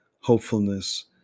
hopefulness